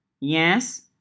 Yes